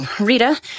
Rita